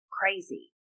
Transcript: Crazy